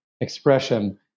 expression